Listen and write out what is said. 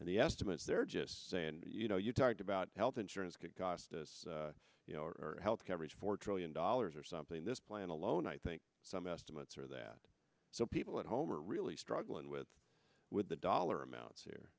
and the estimates they're just saying you know you talked about health insurance could cost us our health every four trillion dollars or something this plan alone i think some estimates are that so people at home are really struggling with with the dollar amounts